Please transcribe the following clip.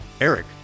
Eric